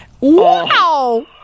Wow